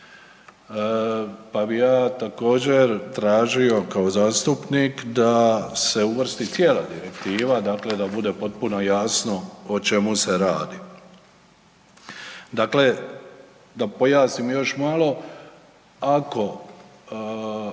pa bi ja također tražio kao zastupnik da se uvrsti cijela direktiva, dakle da bude potpuno jasno o čemu se radi. Dakle, da pojasnim još malo. Ako